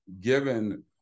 given